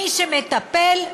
מי שמטפל,